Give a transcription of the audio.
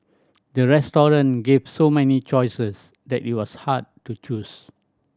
the gave so many choices that it was hard to choose